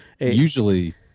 usually